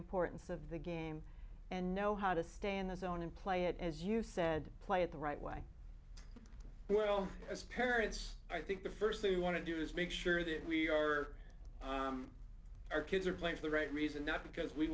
importance of the game and know how to stay in the zone and play it as you said play it the right way well as parents i think the first thing we want to do is make sure that we are our kids are playing for the right reason not because we